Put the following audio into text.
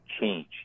change